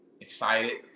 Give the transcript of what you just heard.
excited